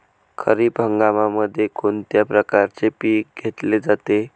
खरीप हंगामामध्ये कोणत्या प्रकारचे पीक घेतले जाते?